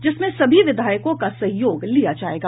जिसमें सभी विधायकों का सहयोग लिया जायेगा